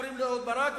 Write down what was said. קוראים לו אהוד ברק,